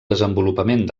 desenvolupament